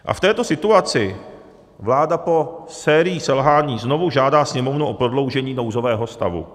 A v této situaci vláda po sérii selhání znovu žádá Sněmovnu o prodloužení nouzového stavu.